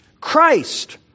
Christ